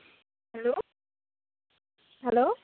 hello hello